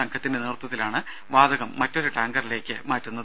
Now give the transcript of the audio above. സംഘത്തിന്റെ നേതൃത്വത്തിലാണ് വാതകം മറ്റൊരു ടാങ്കറിലേക്ക് മാറ്റുന്നത്